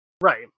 right